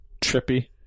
Trippy